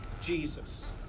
Jesus